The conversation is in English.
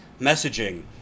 messaging